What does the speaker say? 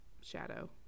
Shadow